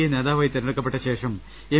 A നേതാവായി തെരഞ്ഞെടുക്കപ്പെട്ട ശേഷം എം